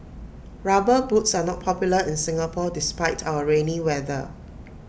rubber boots are not popular in Singapore despite our rainy weather